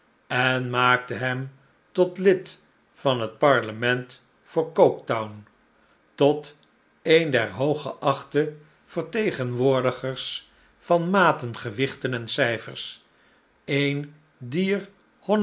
en maakte hem tot lid van het parlement voor coketown tot een der hooggeachte vertegenwoordigers van maten gewichten en cijfers een dier